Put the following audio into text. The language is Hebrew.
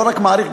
לא רק מעריך,